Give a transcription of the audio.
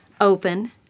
open